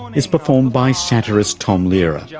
um is performed by satirist tom lehrer. yeah